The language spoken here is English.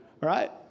right